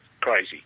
crazy